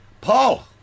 Paul